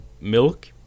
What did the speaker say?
milk